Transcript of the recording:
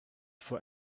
for